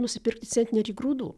nusipirkti centnerį grūdų